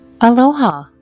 aloha